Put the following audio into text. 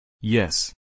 Yes